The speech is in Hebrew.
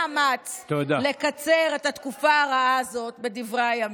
-- ונעשה כל מאמץ לקצר את התקופה הרעה הזאת בדברי הימים.